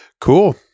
Cool